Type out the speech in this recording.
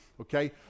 okay